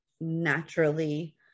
naturally